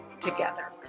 together